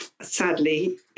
sadly